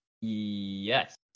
Yes